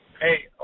Hey